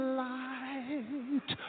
light